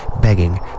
begging